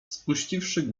spuściwszy